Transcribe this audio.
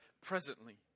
presently